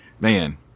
man